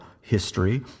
history